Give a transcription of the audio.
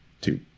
Two